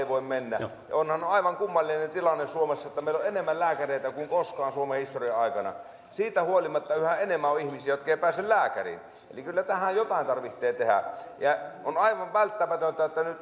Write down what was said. voi mennä onhan aivan kummallinen tilanne suomessa että meillä on enemmän lääkäreitä kuin koskaan suomen historian aikana siitä huolimatta yhä enemmän on ihmisiä jotka eivät pääse lääkäriin eli kyllä tähän jotain tarvitsee tehdä ja on aivan välttämätöntä että kun nyt